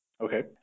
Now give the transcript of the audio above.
Okay